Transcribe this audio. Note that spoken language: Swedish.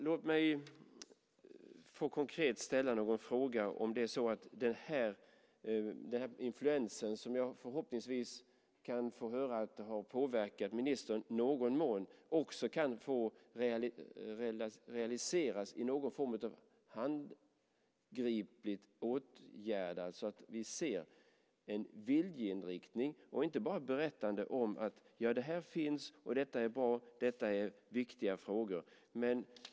Låt mig konkret få ställa någon fråga om den influens som jag förhoppningsvis kan få höra har påverkat ministern i någon mån också kan få realiseras i någon form av handgripliga åtgärder så att vi ser en viljeinriktning, inte bara att man berättar att det här finns, att det är bra och att det är viktiga frågor.